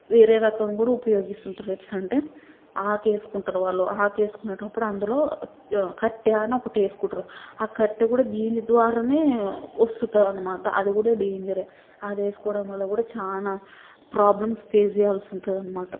వేరే రకం కూడా ఉపయోగిస్తుంతారు ఎట్లా అంటే ఆకేసుకుంటరు వాళ్ళు ఆకేసుకునేటప్పుడు అందులో కట్టే అని ఒకటేసుకుంటరు కట్టే కూడా దీని ద్వారానే వస్తుంటుందన్నమాట అదికూడా డేంజరే అదేసుకోవడం వల్ల కూడా చాలా ప్రాబ్లమ్స్ పేస్ చేయాల్సి ఉంటుందన్నమాట